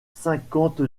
cinquante